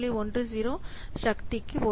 10 சக்திக்கு 1